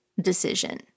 decision